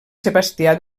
sebastià